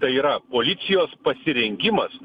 tai yra policijos pasirengimas